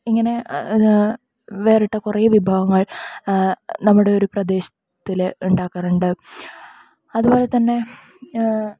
ഇങ്ങനെ അത് വേറിട്ട കുറെ വിഭവങ്ങൾ നമ്മുടെ ഒരു പ്രദേശത്തിലെ ഉണ്ടാക്കാറുണ്ട് അതുപോലെ തന്നെ